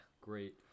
great